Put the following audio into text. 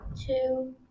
two